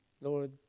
Lord